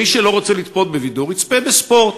מי שלא רוצה לצפות בבידור יצפה בספורט,